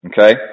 Okay